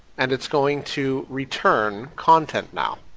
and it's going to return content now,